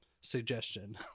suggestion